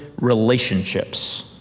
relationships